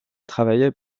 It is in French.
travaillait